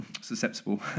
susceptible